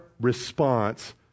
response